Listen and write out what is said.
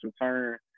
return